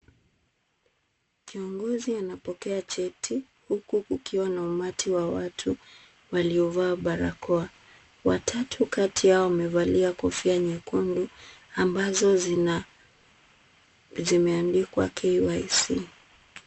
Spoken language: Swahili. Kiongozi anapokea cheti huku kukiwa na umati wa watu waliovalia barakoa. Watatu kati yao wamevalia kofia nyekundu ambazo zimeandikwa KYC.